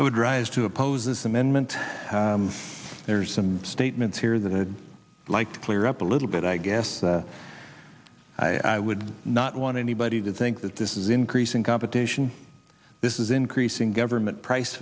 i would rise to oppose this amendment there's some statements here that i'd like to clear up a little bit i guess i would not want anybody to think that this is increasing competition this is increasing government price